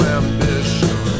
ambition